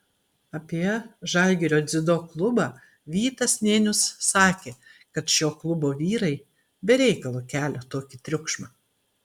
apie žalgirio dziudo klubą vytas nėnius sakė kad šio klubo vyrai be reikalo kelia tokį triukšmą